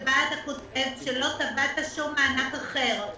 שבה אתה כותב שלא תבעת שום מענק אחר.